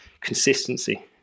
consistency